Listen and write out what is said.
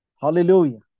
Hallelujah